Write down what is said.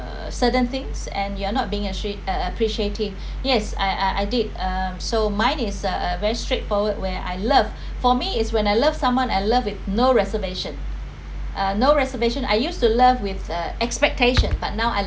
uh certain things and you're not being acia~ appreciating yes I I did um so mine is uh uh very straightforward where I love for me is when I love someone I love with no reservation uh no reservation I used to love with the expectation but now I